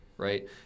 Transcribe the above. Right